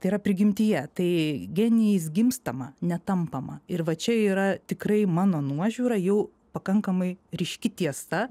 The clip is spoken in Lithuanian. tai yra prigimtyje tai genijais gimstama ne tampama ir va čia yra tikrai mano nuožiūra jų pakankamai ryški tiesa